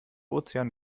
ozean